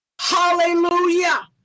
Hallelujah